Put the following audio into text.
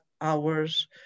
hours